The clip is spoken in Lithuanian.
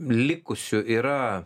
likusių yra